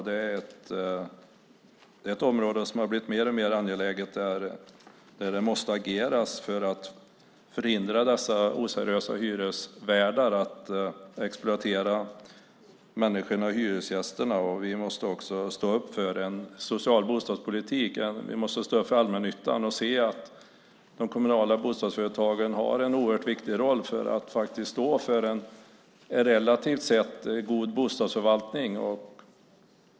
Det här är ett område där det har blivit mer och mer angeläget att agera för att förhindra dessa oseriösa hyresvärdar att exploatera människorna. Vi måste också stå upp för en social bostadspolitik. Vi måste stå upp för allmännyttan. De kommunala bostadsföretagen har en oerhört viktig roll och står för en relativt sett god bostadsförvaltning.